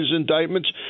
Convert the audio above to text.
indictments